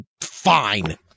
Fine